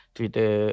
Twitter